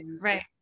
Right